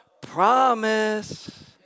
promise